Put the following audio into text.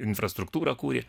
infrastruktūrą kūrė